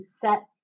set